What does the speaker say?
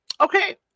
Okay